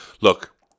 look